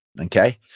okay